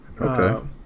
Okay